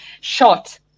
shot